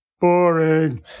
Boring